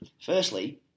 Firstly